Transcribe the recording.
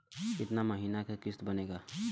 कितना महीना के किस्त बनेगा?